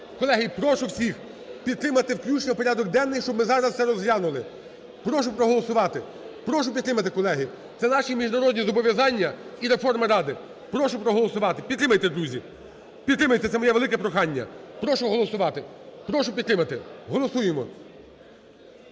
Колеги, прошу всіх підтримати включення в порядок денний, щоб ми зараз це розглянули. Прошу проголосувати. Прошу підтримати, колеги, це наші міжнародні зобов'язання і реформа Ради. Прошу проголосувати. Підтримайте, друзі! Підтримайте, це моє велике прохання. Прошу голосувати. Прошу підтримати. Голосуємо.